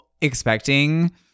expecting